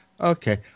Okay